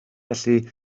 felly